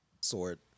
Sword